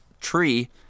tree